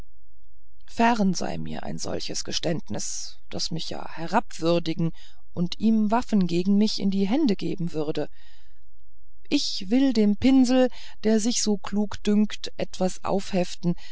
fern sei von mir solch ein geständnis das mich ja herabwürdigen und ihm waffen gegen mich in die hände geben würde ich will dem pinsel der sich so klug dünkt etwas aufheften